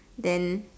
then